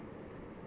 hello